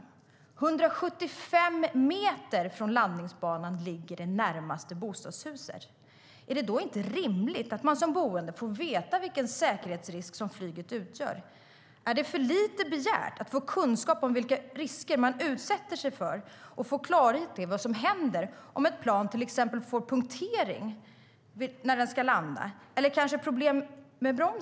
175 meter från landningsbanan ligger det närmaste bostadshuset. Är det då inte rimligt att man som boende får veta vilken säkerhetsrisk som flyget utgör? Är det för mycket begärt att få kunskap om vilka risker man utsätter sig för och får klarhet i vad som händer om ett plan till exempel får punktering eller problem med bromsen när det ska landa?